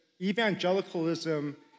evangelicalism